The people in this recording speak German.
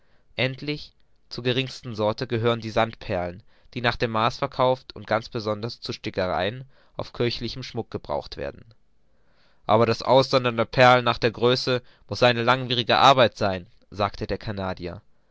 endlich zur geringsten sorte gehören die sandperlen die nach dem maß verkauft und ganz besonders zu stickereien auf kirchlichem schmuck gebraucht werden aber das aussondern der perlen nach der größe muß eine langwierige arbeit sein sagte der